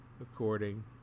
according